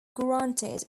granted